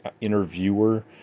interviewer